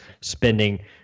spending